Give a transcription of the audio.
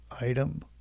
item